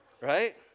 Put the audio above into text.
Right